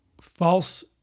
false